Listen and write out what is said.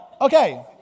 okay